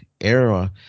era